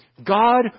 God